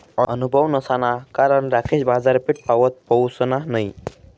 अनुभव नसाना कारण राकेश बाजारपेठपावत पहुसना नयी